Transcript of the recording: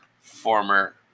former